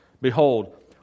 Behold